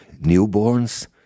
newborns